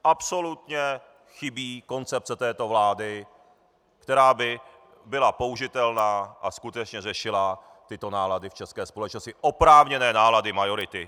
Absolutně chybí koncepce této vlády, která by byla použitelná a skutečně řešila tyto nálady v české společnosti, oprávněné nálady majority.